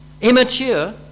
immature